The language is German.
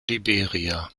liberia